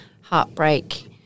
heartbreak